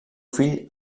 fill